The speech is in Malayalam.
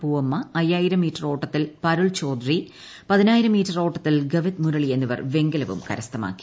പൂവമ്മ അയ്യായിരം മീറ്റർ ഓട്ടത്തിൽ പരുൾ ചോദ്രി പതിനായിരം മീറ്റർ ഓട്ടത്തിൽ ഗവിത് മുരളി എന്നിവർ വെങ്കലവും കരസ്ഥമാക്കി